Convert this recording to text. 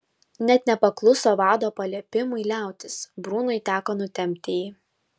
net nepakluso vado paliepimui liautis brunui teko nutempti jį